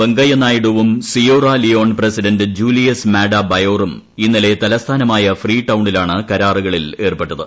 വെങ്കയ്യനായിഡുവും Sierra Leone president Julius Maada ബയോറും ഇന്നലെ തലസ്ഥാനമായ ഫ്രീടൌണിലാണ് കരാറുകളിൽ ഏർപ്പെട്ടത്